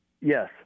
Yes